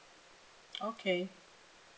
okay